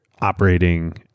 operating